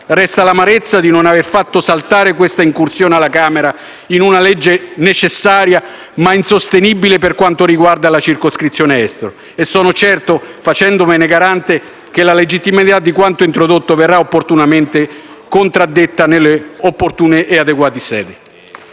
Resta l'amarezza per non aver fatto saltare questa incursione alla Camera, in una legge necessaria, ma insostenibile, per quanto riguarda la circoscrizione estero. Sono certo, facendomene garante, che la legittimità di quanto introdotto verrà opportunamente contraddetta nelle opportune e adeguate sedi.